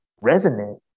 resonant